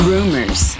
Rumors